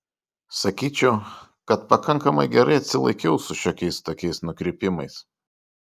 sakyčiau kad pakankamai gerai atsilaikiau su šiokiais tokiais nukrypimais